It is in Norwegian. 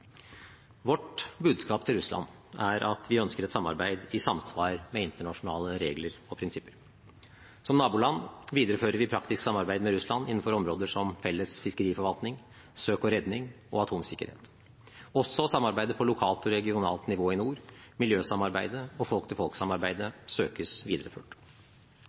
Vårt budskap til Russland er at vi ønsker et samarbeid i samsvar med internasjonale regler og prinsipper. Som naboland viderefører vi praktisk samarbeid med Russland innenfor områder som felles fiskeriforvaltning, søk og redning og atomsikkerhet. Også samarbeidet på lokalt og regionalt nivå i nord, miljøsamarbeidet og folk-til-folk-samarbeidet søkes videreført.